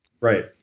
right